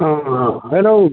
हाँ हेलो